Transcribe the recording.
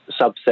subset